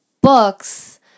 books